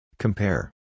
Compare